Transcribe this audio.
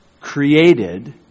created